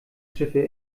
schiffe